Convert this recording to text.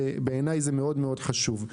בעיניי זה מאוד מאוד חשוב.